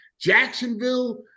Jacksonville